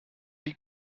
die